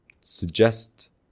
suggest